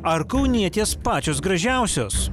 ar kaunietės pačios gražiausios